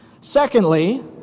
Secondly